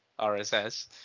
RSS